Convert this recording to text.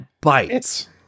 bites